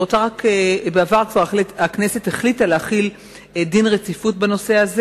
בעבר הכנסת החליטה להחיל דין רציפות בנושא הזה.